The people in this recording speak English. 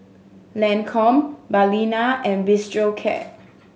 Lancome Balina and Bistro Cat